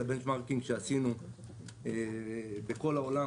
ציינתי את הבנצ'מרקינג שעשינו בכל העולם,